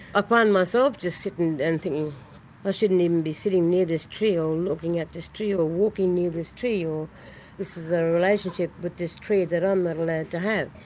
ah find myself just sitting and thinking i shouldn't even be sitting near this tree, or looking at this tree, or walking near this tree, or this is a relationship with this tree that i'm not allowed to have.